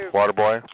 Waterboy